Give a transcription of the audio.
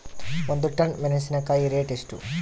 ಒಂದು ಟನ್ ಮೆನೆಸಿನಕಾಯಿ ರೇಟ್ ಎಷ್ಟು?